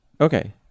Okay